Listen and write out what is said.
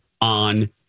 on